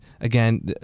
again